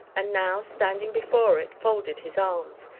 and now, standing before it, folded his arms,